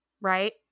right